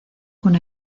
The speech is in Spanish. con